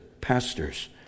pastors